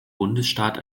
bundesstaat